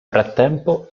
frattempo